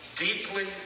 deeply